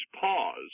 pause